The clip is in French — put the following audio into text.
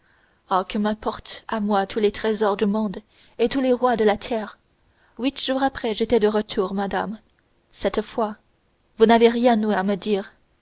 ah que m'importent à moi tous les trésors du monde et tous les rois de la terre huit jours après j'étais de retour madame cette fois vous n'avez rien eu à me dire